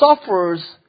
suffers